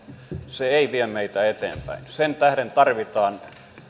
se ei vie meitä eteenpäin sen tähden tarvitaan